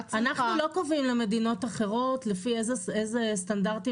אנחנו לא קובעים למדינות אחרות לפי איזה סטנדרטים